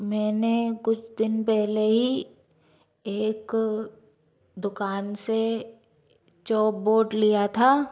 मैंने कुछ दिन पहले ही एक दुकान से चोप बोर्ड लिया था